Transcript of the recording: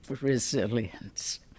resilience